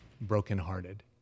brokenhearted